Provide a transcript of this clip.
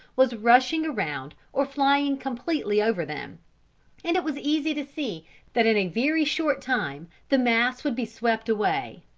was rushing round or flying completely over them and it was easy to see that in a very short time the mass would be swept away.